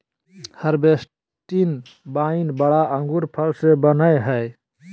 हर्बेस्टि wine बड़ा अंगूर फल से बनयय हइ